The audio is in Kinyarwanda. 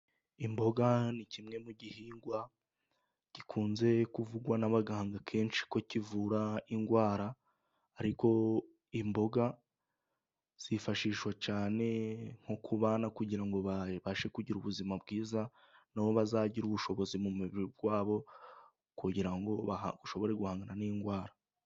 Imboga ni kimwe mu gihingwa gikunze kuvugwa n'abaganga kenshi ko kivura indwara ariko imboga zifashishwa cyane nko ku bana kugira ngo babashe kugira ubuzima bwiza, nabo bazagire ubushobozi mu mubiri wabo kugira ngo ushobore guhangana n'indwara.